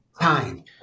time